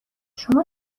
شما